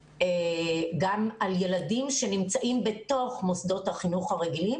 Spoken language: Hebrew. על ילדים שנמצאים בתוך מוסדות החינוך הרגילים